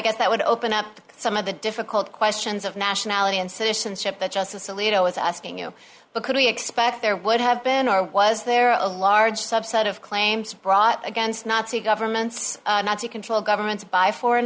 guess that would open up some of the difficult questions of nationality and citizenship that justice alito is asking you because we expect there would have been or was there a large subset of claims brought against nazi governments not to control governments by foreign